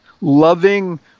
loving